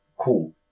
Cool